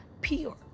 pure